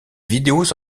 vidéos